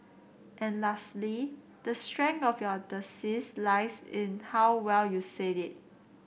and lastly the strength of your thesis lies in how well you said it